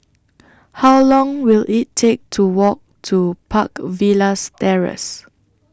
How Long Will IT Take to Walk to Park Villas Terrace